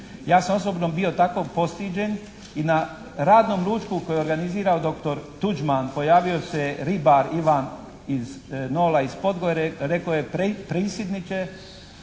Ja sam osobno bio tako postiđen i na radnom ručku koji je organizirao dr. Tuđman, pojavio se ribar Ivan iz Nola, Podgore, rekao je predsjedniče